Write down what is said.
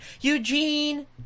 Eugene